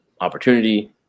opportunity